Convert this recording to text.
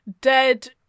Dead